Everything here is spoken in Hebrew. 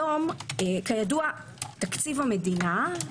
כידוע תקציב המדינה,